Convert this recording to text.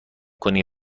کنی